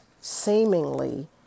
seemingly